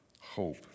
hope